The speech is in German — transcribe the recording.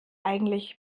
eigentlich